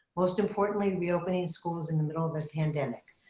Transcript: most importantly reopening schools in the middle of a pandemic.